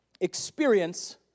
experience